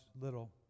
little